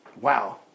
Wow